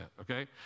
okay